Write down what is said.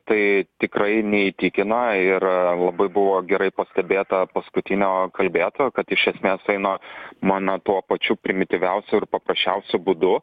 tai tikrai neįtikina ir labai buvo gerai pastebėta paskutinio kalbėtojo kad iš esmės tai na mano tuo pačiu primityviausiu ir paprasčiausiu būdu